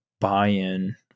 buy-in